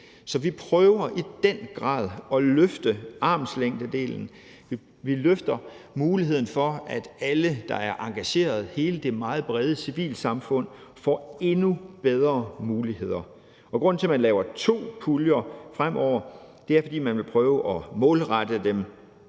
Så vi prøver i den grad at løfte armslængdedelen. Vi løfter muligheden for, at alle, der er engageret, og hele det meget brede civilsamfund får endnu bedre muligheder. Grunden til, at man laver to puljer fremover, er, at man vil prøve at målrette dem.